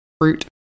fruit